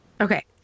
okay